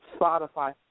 Spotify